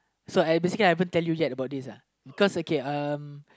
so I basically I haven't tell you yet about this lah because okay uh